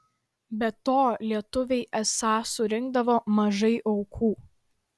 be to lietuviai esą surinkdavo mažai aukų